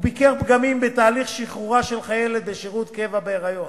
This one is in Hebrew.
וביקר פגמים בתהליך שחרורה של חיילת בשירות קבע בהיריון,